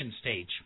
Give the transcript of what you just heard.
stage